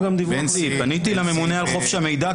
פניתי לממונה על חופש המידע,